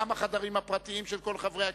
גם בחדרים הפרטיים של כל חברי הכנסת,